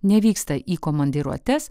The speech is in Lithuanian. nevyksta į komandiruotes